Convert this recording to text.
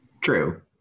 True